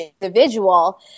individual